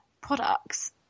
products